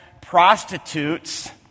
prostitutes